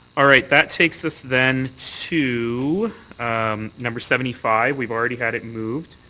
all right. that takes us then to um number seventy five. we've already had it moved.